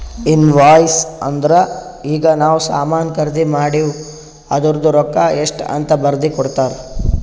invoice ಅಂದುರ್ ಈಗ ನಾವ್ ಸಾಮಾನ್ ಖರ್ದಿ ಮಾಡಿವ್ ಅದೂರ್ದು ರೊಕ್ಕಾ ಎಷ್ಟ ಅಂತ್ ಬರ್ದಿ ಕೊಡ್ತಾರ್